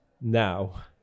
now